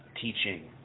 teaching